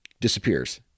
disappears